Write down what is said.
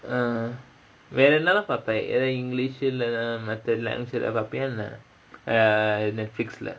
uh வேற என்னெல்லாம் பாப்ப எதா:vera ennellaam paappa ethaa english இல்லானா மத்த:illaanaa mattha languages எதா பாப்பியா என்ன:etha paappiyaa enna err Netflix lah